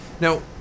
Now